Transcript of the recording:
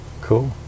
Cool